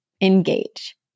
engage